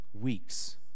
weeks